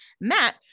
Matt